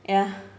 ya